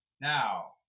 Now